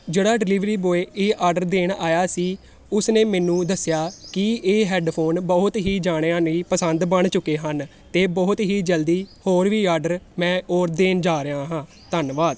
ਜਿਹੜਾ delivery boy ਇਹ order ਦੇਣ ਆਇਆ ਸੀ ਉਸਨੇ ਮੈਨੂੰ ਦੱਸਿਆ ਕਿ ਇਹ ਹੈਡਫੋਨ ਬਹੁਤ ਹੀ ਜਾਣਿਆ ਦੀ ਪਸੰਦ ਬਣ ਚੁੱਕੇ ਹਨ ਅਤੇ ਬਹੁਤ ਹੀ ਜਲਦੀ ਹੋਰ ਵੀ ਆਰਡਰ ਮੈਂ ਹੋਰ ਦੇਣ ਜਾ ਰਿਹਾ ਹਾਂ ਧੰਨਵਾਦ